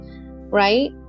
right